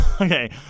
okay